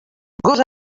gos